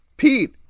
Pete